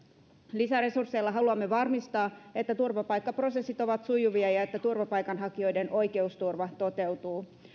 lisäresursseilla haluamme varmistaa että turvapaikkaprosessit ovat sujuvia ja että turvapaikanhakijoiden oikeusturva toteutuu